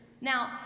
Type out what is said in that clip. Now